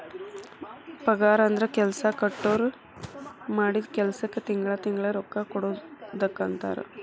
ಪಗಾರಂದ್ರ ಕೆಲ್ಸಾ ಕೊಟ್ಟೋರ್ ಮಾಡಿದ್ ಕೆಲ್ಸಕ್ಕ ತಿಂಗಳಾ ತಿಂಗಳಾ ರೊಕ್ಕಾ ಕೊಡುದಕ್ಕಂತಾರ